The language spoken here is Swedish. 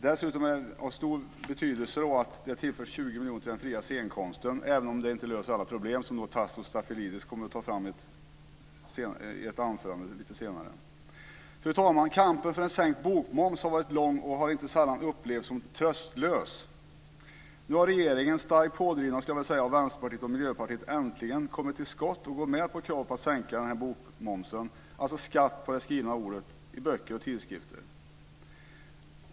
Det är dessutom av stor betydelse att det tillförs 20 miljoner kronor till den fria scenkonsten, även om detta inte kommer att lösa alla problem, vilket Tasso Stafilidis kommer att behandla i ett anförande lite senare. Fru talman! Kampen för en sänkt bokmoms har varit lång och har inte sällan upplevts som tröstlös. Nu har regeringen varit starkt pådriven av Vänsterpartiet och Miljöpartiet och har äntligen kommit till skott genom att gå med på kraven om att sänka bokmomsen, dvs. skatt på det skrivna ordet i böcker och tidskrifter.